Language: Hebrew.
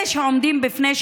אלה שעומדים בפני,